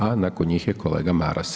A nakon njih je kolega Maras.